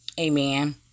Amen